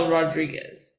Rodriguez